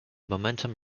momentum